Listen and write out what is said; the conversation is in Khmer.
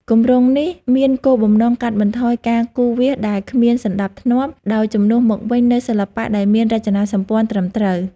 គម្រោងនេះមានគោលបំណងកាត់បន្ថយការគូសវាសដែលគ្មានសណ្ដាប់ធ្នាប់ ដោយជំនួសមកវិញនូវសិល្បៈដែលមានរចនាសម្ព័ន្ធត្រឹមត្រូវ។